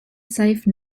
safe